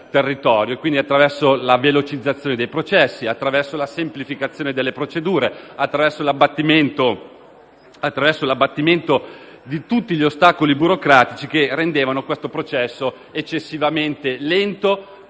inoltre per la velocizzazione dei processi, la semplificazione delle procedure e l'abbattimento di tutti gli ostacoli burocratici che rendevano questo processo eccessivamente lento